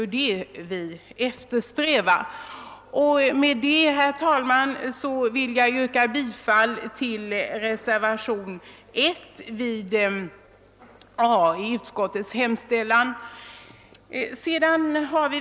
Herr talman! Jag yrkar bifall till reservationen 1 vid A i utskottets hemställan.